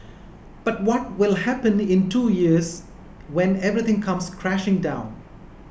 but what will happen in two years when everything comes crashing down